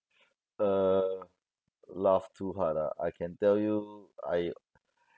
err laugh too hard ah I can tell you I